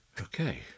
Okay